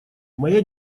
моя